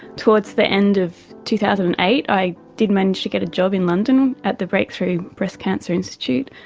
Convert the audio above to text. towards the end of two thousand and eight i did manage to get a job in london at the breakthrough breast cancer institute.